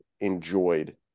enjoyed